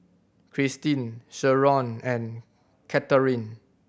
Kristin Sherron and Catharine